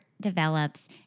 develops